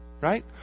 Right